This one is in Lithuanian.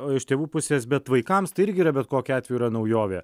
iš tėvų pusės bet vaikams tai irgi yra bet kokiu atveju yra naujovė